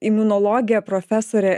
imunologė profesorė